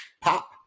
pop